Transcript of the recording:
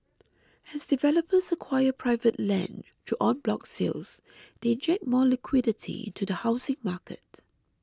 as developers acquire private land through en bloc sales they inject more liquidity into the housing market